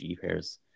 pairs